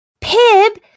Pib